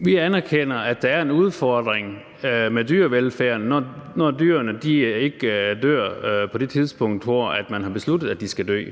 Vi anerkender, at der er en udfordring med dyrevelfærden, når dyrene ikke dør på det tidspunkt, hvor man har besluttet at de skal dø.